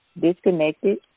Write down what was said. disconnected